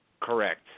Correct